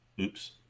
Oops